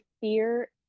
fear